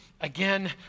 again